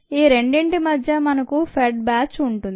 ఈ రెండింటి మధ్య మనకు ఫెడ్ బ్యాచ్ ఉంటుంది